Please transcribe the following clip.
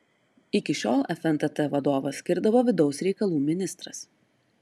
iki šiol fntt vadovą skirdavo vidaus reikalų ministras